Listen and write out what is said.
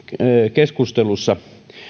keskustelussa